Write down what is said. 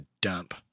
dump